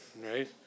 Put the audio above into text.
Right